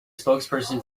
spokesperson